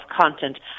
content